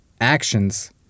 actions